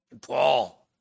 Paul